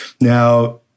Now